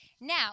Now